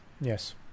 yes